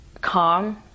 calm